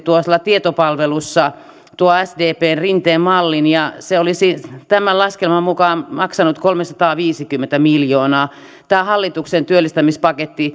tietopalvelussa sdpn rinteen mallin ja se olisi tämän laskelman mukaan maksanut kolmesataaviisikymmentä miljoonaa tämä hallituksen työllistämispaketti